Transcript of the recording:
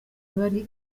bari